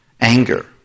anger